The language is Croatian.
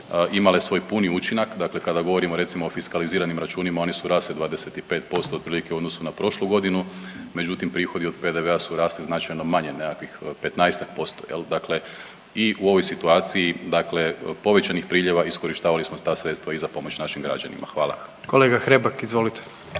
imale svoj puni učinak. Dakle, kada govorimo recimo o fiskaliziranim računima oni su rasli 25% otprilike u odnosu na prošlu godinu, međutim prihodi od PDV-a su rasli značajno manje, nekakvih 15-ak posto jel, dakle i u ovoj situaciji dakle povećanih priljeva iskorištavali smo ta sredstva i za pomoć našim građanima. Hvala. **Jandroković,